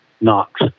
Knox